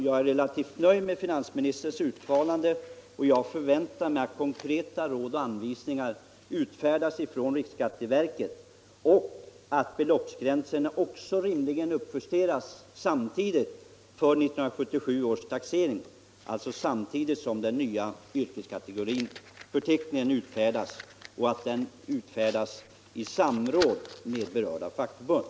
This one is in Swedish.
Jag är relativt nöjd med finansministerns uttalande, och jag förväntar mig att konkreta råd och anvisningar utfärdas av riksskatteverket och att beloppsgränserna också rimligen uppjusteras för 1977 års taxering samtidigt som en ny yrkeskategoriförteckning utfärdas i samråd med berörda fackförbund.